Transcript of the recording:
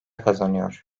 kazanıyor